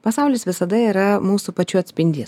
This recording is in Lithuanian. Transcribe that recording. pasaulis visada yra mūsų pačių atspindys